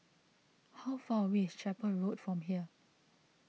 how far away is Chapel Road from here